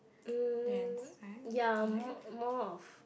uh ya m~ more of